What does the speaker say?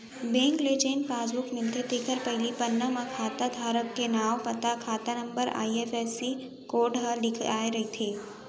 bank ले जेन passbook मिलथे तेखर पहिली पन्ना म खाता धारक के नांव, पता, खाता नंबर, आई.एफ.एस.सी कोड ह लिखाए रथे